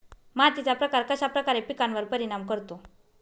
मातीचा प्रकार कश्याप्रकारे पिकांवर परिणाम करतो?